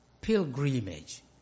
Pilgrimage